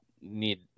need